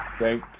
thank